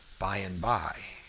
by and by,